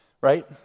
Right